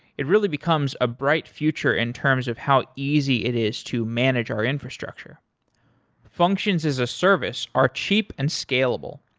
it really becomes a bright future in terms of how easy it is to manage our infrastructure functions as a service are cheap and scalable.